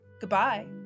goodbye